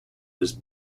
was